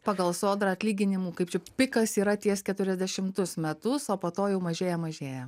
pagal sodrą atlyginimų kaip čia pikas yra ties keturiasdešimtus metus o po to jau mažėja mažėja